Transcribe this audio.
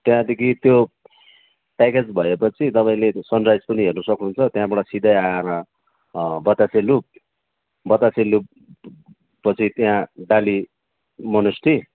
त्याँदेखि त्यो प्याकेज भएपछि तपाईँले सनराइज पनि हेर्नुसक्नुहुन्छ त्यहाँबाट सिधै आएर बतासे लुप बतासे लुपपछि त्यहाँ डाली मोनस्ट्री